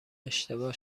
اشتباه